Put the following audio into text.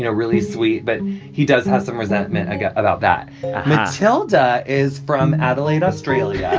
you know really sweet, but he does have some resentment about that matilda is from adelaide, australia,